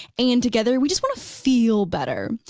and together we just wanna feel better,